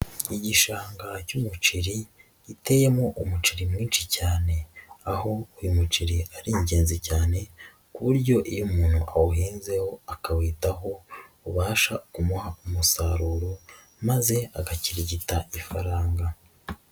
Igishanga cy'umuceri, giteyemo umuceri mwinshi cyane, aho uyu muceri ari ingenzi cyane, ku buryo iyo umuntu awuhinzeho, akawitaho, ubasha kumuha umusaruro, maze agakirigita ifaranga.